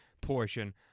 portion